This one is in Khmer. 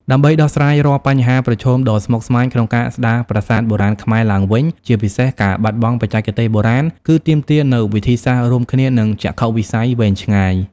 ដើម្បីដោះស្រាយរាល់បញ្ហាប្រឈមដ៏ស្មុគស្មាញក្នុងការស្ដារប្រាសាទបុរាណខ្មែរឡើងវិញ ជាពិសេសការបាត់បង់បច្ចេកទេសបុរាណ គឺទាមទារនូវវិធីសាស្ត្ររួមគ្នា និងចក្ខុវិស័យវែងឆ្ងាយ។